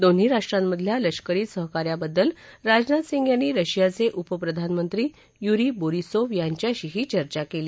दोन्ही राष्ट्रांमधल्या लष्करी सहकार्याबद्दल राजनाथ सिंह यांनी रशियाचे उपप्रधानमंत्री युरी बोरिसोव यांच्याशीही चर्चा केली